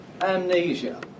amnesia